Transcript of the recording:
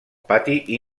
pati